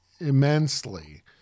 immensely